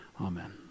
Amen